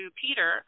Peter